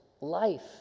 life